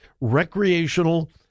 recreational